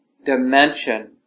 dimension